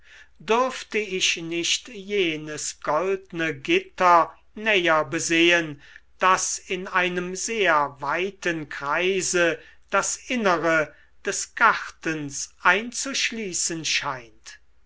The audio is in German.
dürfte ich nicht jenes goldne gitter näher besehen das in einem sehr weiten kreise das innere des gartens einzuschließen scheint